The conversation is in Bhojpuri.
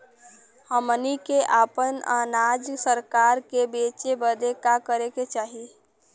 हमनी के आपन अनाज सरकार के बेचे बदे का करे के चाही?